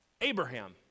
Abraham